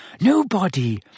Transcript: Nobody